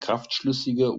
kraftschlüssige